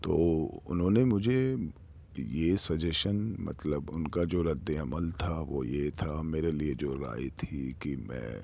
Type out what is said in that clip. تو انہوں نے مجھے یہ سجیشن مطلب ان کا جو رد عمل تھا وہ یہ تھا میرے لیے جو رائے تھی کہ میں